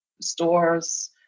stores